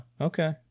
Okay